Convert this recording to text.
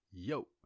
yo